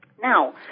Now